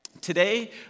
Today